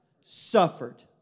suffered